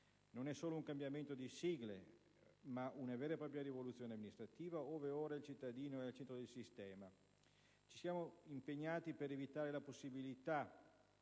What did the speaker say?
Non è solo un cambiamento di sigle, ma una vera e propria rivoluzione amministrativa, ove ora il cittadino è al centro del sistema. Ci siamo impegnati per evitare la possibilità